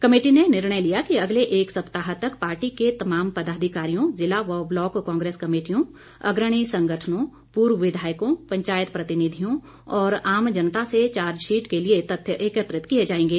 committee ने निर्णय लिया कि अगले एक सप्ताह तक पार्टी के तमाम पदाधिकारियों जिला व ब्लॉक कांग्रेस कमेटियों अग्रणी संगठनों पूर्व विधायकों पंचायत प्रतिनिधियों और आम जनता से चार्जशीट के लिए तथ्य एकत्रित किए जाएंगे